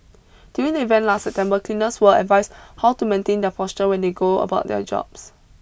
during the event last September cleaners were advised how to maintain their posture when they go about their jobs